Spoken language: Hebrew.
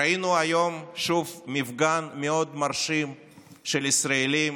ראינו היום שוב מפגן מאוד מרשים של ישראלים